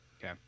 okay